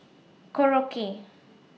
Korokke